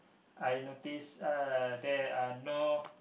I notice uh there are no